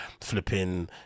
flipping